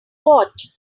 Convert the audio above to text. watch